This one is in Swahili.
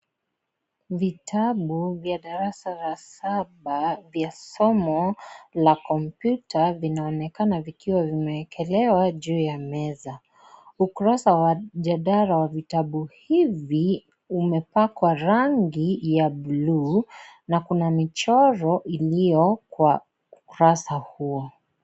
Vitabu vya darasa la saba vya somo la kompyuta vinaonekana vikiwa vimewekelewa juu ya meza. Ukurasa wa jedala wa vitabu hivi, umepakwa rangi ya bluu na kuna michoro iliyo kwa ukurasa huo.